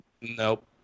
Nope